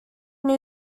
new